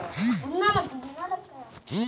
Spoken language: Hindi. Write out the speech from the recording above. गेहूँ की फसल को तेजी से कैसे बढ़ाऊँ?